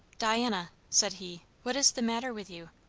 diana, said he, what is the matter with you?